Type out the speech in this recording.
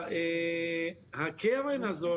הקרן הזאת